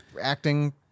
acting